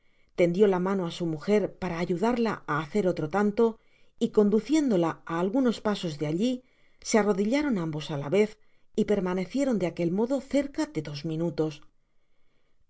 tendió la mano á su mujer para ayudarla á hacer otro tanto y conduciéndola á algunos pasos de alli se arrodillaron ambos k la vez y permanecieron de aquel modo cerca de dos minutos